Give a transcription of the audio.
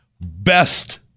Best